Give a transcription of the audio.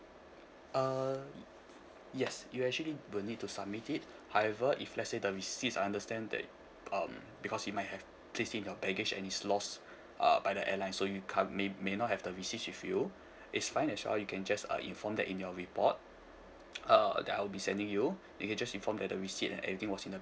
uh yes you actually will need to submit it however if let's say the receipts I understand that um because you might have placed in your baggage and is lost err by the airlines so you can't may may not have the receipts with you it's fine as well you can just uh inform that in your report uh that I'll be sending you you can just inform that the receipt and everything was in the